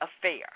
affair